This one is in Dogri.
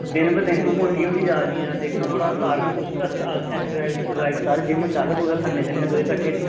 दिन ब दिन तू मोटी होंदी जा दी ऐ ते थोह्ड़ा करा किश तोह्ड़ी एक्सरसाईज कर आं जिम चल कुदै जन्ने आं किट्ठे